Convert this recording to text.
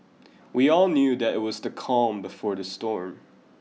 we all knew that it was the calm before the storm